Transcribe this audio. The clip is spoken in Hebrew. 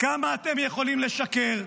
כמה אתם יכולים לשקר?